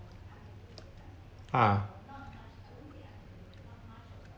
ah